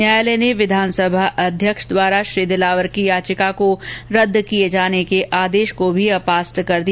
न्यायालय ने विधानसभा अध्यक्ष द्वारा श्री दिलावर की याचिका को रद्द किये जाने के आदेश को भी अपास्त किया